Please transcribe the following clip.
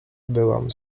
byłam